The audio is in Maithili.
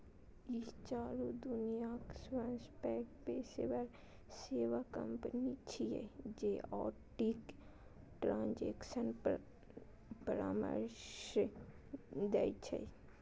ई चारू दुनियाक सबसं पैघ पेशेवर सेवा कंपनी छियै जे ऑडिट, ट्रांजेक्शन परामर्श दै छै